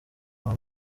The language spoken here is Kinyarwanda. mama